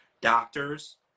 doctors